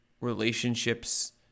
relationships